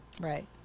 right